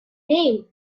name